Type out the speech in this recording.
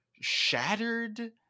shattered